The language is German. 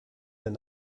den